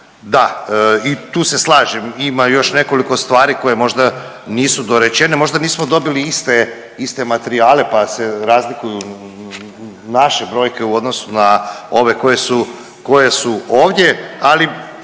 Da i tu se slažem, ima još nekoliko stvari koje možda nisu dorečene, možda nismo dobili iste, iste materijale, pa se razlikuju naše brojke u odnosu na ove koje su, koje su